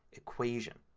equation.